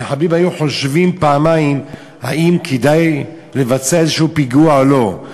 המחבלים היו חושבים פעמיים האם כדאי לבצע איזשהו פיגוע או לא,